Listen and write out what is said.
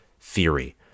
theory